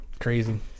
Crazy